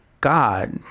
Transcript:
God